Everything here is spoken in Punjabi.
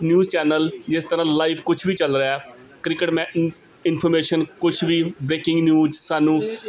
ਨਿਊਜ਼ ਚੈਨਲ ਜਿਸ ਤਰ੍ਹਾਂ ਲਾਈਵ ਕੁਛ ਵੀ ਚੱਲ ਰਿਹਾ ਕ੍ਰਿਕਟ ਮੈ ਇੰ ਇਨਫੋਰਮੇਸ਼ਨ ਕੁਛ ਵੀ ਬ੍ਰੇਕਿੰਗ ਨਿਊਜ ਸਾਨੂੰ